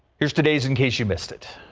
here's today's in case you missed it.